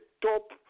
top